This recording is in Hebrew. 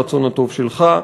הרצון הטוב שלך,